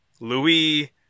Louis